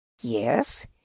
Yes